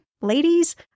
ladies